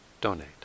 donate